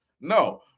No